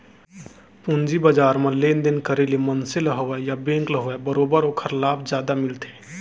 पूंजी बजार म लेन देन करे ले मनसे ल होवय या बेंक ल होवय बरोबर ओखर लाभ जादा मिलथे